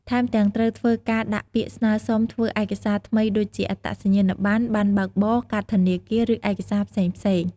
ថែមទាំង ត្រូវធ្វើការដាក់ពាក្យស្នើសុំធ្វើឯកសារថ្មីដូចជា អត្តសញ្ញាណប័ណ្ណ ប័ណ្ណបើកបរ កាតធនាគារ ឬឯកសារផ្សេងៗ។